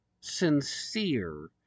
sincere